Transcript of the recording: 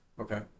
Okay